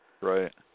Right